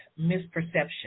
misperception